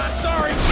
sorry!